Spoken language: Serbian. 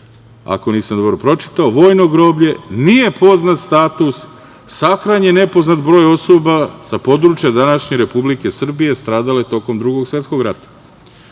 ako nisam dobro pročitao, vojno groblje, nije poznat status sahranjenih i nepoznat broj osoba sa područja današnje Republike Srbije stradale tokom Drugog svetskog rata.U